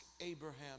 Abraham